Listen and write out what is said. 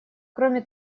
кроме